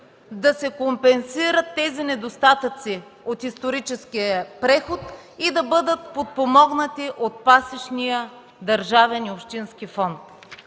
да се компенсират тези недостатъци от историческия преход и да бъдат подпомогнати от пасищния държавен и общински фонд.